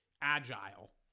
agile